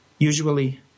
Usually